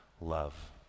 love